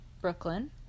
Brooklyn